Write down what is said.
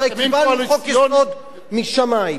הרי קיבלנו חוק-יסוד משמים.